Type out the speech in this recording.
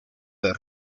del